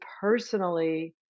personally